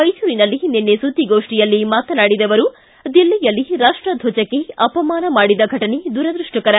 ಮೈಸೂರಿನಲ್ಲಿ ನಿನ್ನೆ ಸುದ್ದಿಗೋಷ್ಠಿಯಲ್ಲಿ ಮಾತನಾಡಿದ ಅವರು ದಿಲ್ಲಿಯಲ್ಲಿ ರಾಷ್ಟರ್ಟಜಕ್ಕೆ ಅಪಮಾನ ಮಾಡಿದ ಘಟನೆ ದುರದೃಷ್ಠಕರ